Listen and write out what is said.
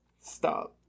Stop